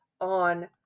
on